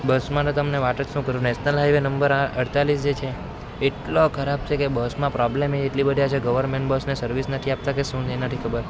બસમાં તો તમને વાત જ શું કરું નેશનલ હાઇવે નંબર અડતાલીસ જે છે એટલો ખરાબ છે કે બસમાં પ્રોબ્લેમ એટલી બધી આજે ગવર્નમેંટ બસને સર્વિસ નથી આપતા કે શું એ નથી ખબર